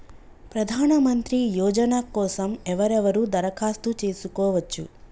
ప్రధానమంత్రి యోజన కోసం ఎవరెవరు దరఖాస్తు చేసుకోవచ్చు?